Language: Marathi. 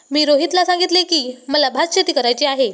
मी रोहितला सांगितले की, मला भातशेती करायची आहे